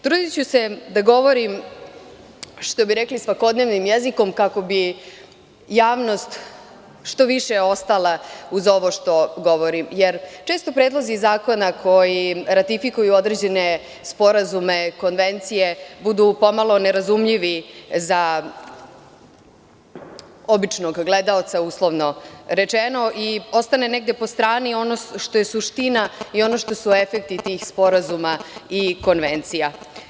Trudiću se da govorim, što bi rekli, svakodnevnim jezikom, kako bi javnost što više ostala uz ovo što govorim, jer često predlozi zakona koji ratifikuju određene sporazume, konvencije budu pomalo nerazumljivi za običnog gledaoca, uslovno rečeno, i ostane negde po strani ono što je suština i ono što su efekti tih sporazuma i konvencija.